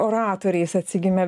oratoriais atsigimę